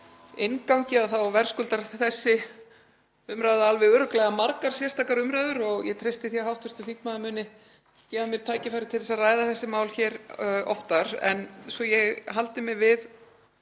hennar verðskuldar þessi umræða alveg örugglega margar sérstakar umræður og ég treysti því að hv. þingmaður muni gefa mér tækifæri til að ræða þessi mál hér oftar. En svo ég haldi mig við